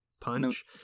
punch